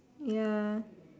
ya